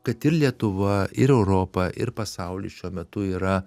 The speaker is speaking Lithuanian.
kad ir lietuva ir europa ir pasaulis šiuo metu yra